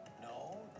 No